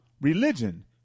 religion